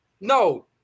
No